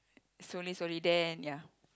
slowly slowly then ya